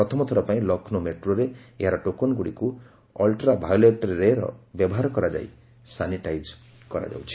ପ୍ରଥମଥର ପାଇଁ ଲକ୍ଷ୍ମୌ ମେଟ୍ରୋ ଏହାର ଟୋକନଗୁଡ଼ିକୁ ଅଲ୍ଟ୍ରା ଭାୟୋଲେଟ୍ ରେ ର ବ୍ୟବହାର କରାଯାଇ ସାନିଟାଇଜ୍ କରାଯାଉଛି